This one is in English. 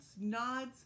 nods